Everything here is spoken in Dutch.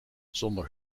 zonder